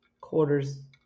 quarters